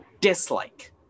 dislike